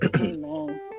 Amen